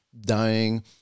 dying